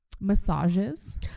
massages